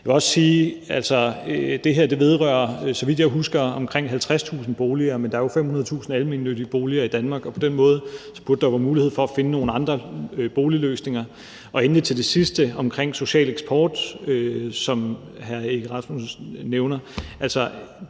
jeg husker, omkring 50.000 boliger, men der er jo 500.000 almennyttige boliger i Danmark, og på den måde burde der være mulighed for at finde nogle andre boligløsninger. Og endelig til det sidste omkring social eksport, som hr. Søren Egge Rasmussen nævner,